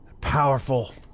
Powerful